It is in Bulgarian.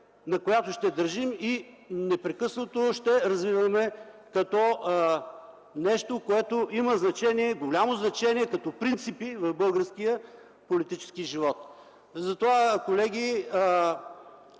нататък ще държим и непрекъснато ще развиваме като нещо, което има голямо значение като принципи в българския политически живот. Затова, колеги,